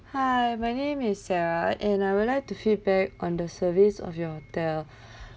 hi my name is sarah and I would like to feedback on the service of your hotel